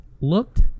looked